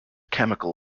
chemical